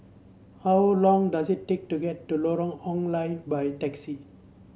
how long does it take to get to Lorong Ong Lye by taxi